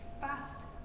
Fast